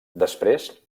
després